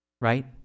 right